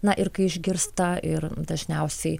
na ir kai išgirsta ir dažniausiai